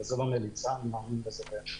וזה לא מליצה, אני מאמין בזה באמת.